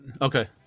Okay